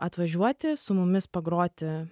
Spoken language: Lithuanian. atvažiuoti su mumis pagroti